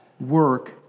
work